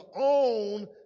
own